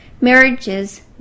Marriages